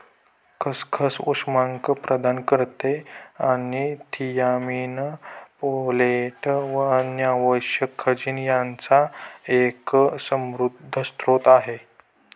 खसखस उष्मांक प्रदान करते आणि थियामीन, फोलेट व अन्य आवश्यक खनिज यांचा एक समृद्ध स्त्रोत आहे